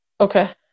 Okay